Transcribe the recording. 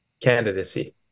candidacy